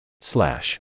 Slash